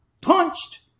punched